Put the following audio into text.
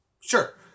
Sure